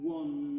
one